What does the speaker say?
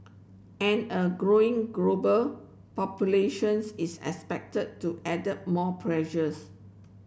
and a growing global populations is expected to added more pressures